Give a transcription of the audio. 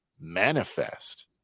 Manifest